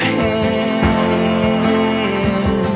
and